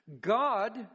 God